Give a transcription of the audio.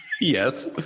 Yes